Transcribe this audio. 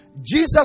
Jesus